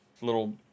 little